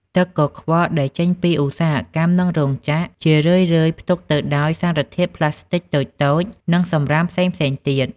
ទឹកកខ្វក់ដែលចេញពីឧស្សាហកម្ម និងរោងចក្រ ជារឿយៗផ្ទុកទៅដោយសារធាតុប្លាស្ទិកតូចៗ និងសំរាមផ្សេងៗទៀត។